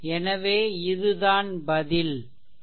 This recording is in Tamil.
எனவே இது தான் பதில் 3